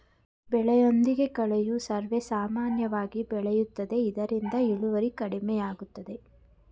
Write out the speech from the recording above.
ಬೆಳೆಯೊಂದಿಗೆ ಕಳೆಯು ಸರ್ವೇಸಾಮಾನ್ಯವಾಗಿ ಬೆಳೆಯುತ್ತದೆ ಇದರಿಂದ ಇಳುವರಿ ಕಡಿಮೆಯಾಗುತ್ತದೆ